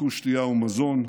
חילקו שתייה ומזון,